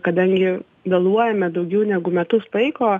kadangi vėluojame daugiau negu metus laiko